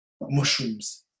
mushrooms